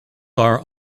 are